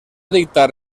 dictar